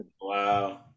Wow